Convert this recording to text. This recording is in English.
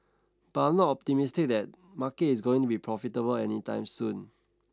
but I'm not optimistic that market is going to be profitable any time soon